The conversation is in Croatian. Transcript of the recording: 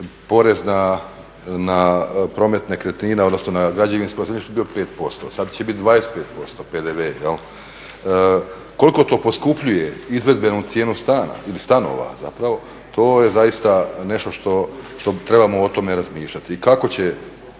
porez na promet nekretnina, odnosno na građevinsko zemljište bio 5%, sad će bit 25% PDV. Koliko to poskupljuje izvedbenu cijenu stana ili stanova zapravo, to je zaista nešto što trebamo o tome razmišljati